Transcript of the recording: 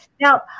now